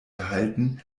gehalten